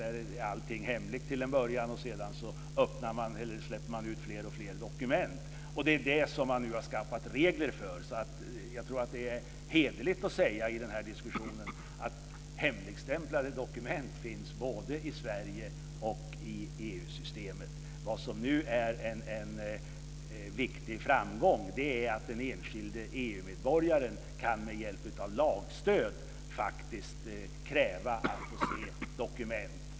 Där är allting hemligt till en början och sedan släpper man ut fler och fler dokument. Det är det som man nu har skaffat regler för. Jag tror att det är hederligt att i den här diskussionen säga att hemligstämplade dokument finns både i Sverige och i EU-systemet. Det som nu är en viktig framgång är att den enskilde EU-medborgaren med hjälp av lagstöd faktiskt kan kräva att få se dokument.